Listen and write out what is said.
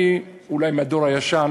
אני אולי מהדור הישן,